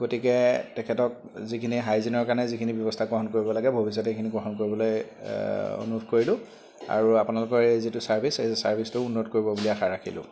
গতিকে তেখেতক যিখিনি হাইজিনৰ কাৰণে যিখিনি ব্যৱস্থা গ্ৰহণ কৰিব লাগে ভৱিষ্যতে এইখিনি গ্ৰহণ কৰিবলৈ অনুৰোধ কৰিলোঁ আৰু আপোনালোকৰ এই যিটো ছাৰ্ভিচ এই চাৰ্ভিছটো উন্নত কৰিব বুলি আশা ৰাখিলোঁ